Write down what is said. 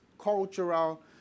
cultural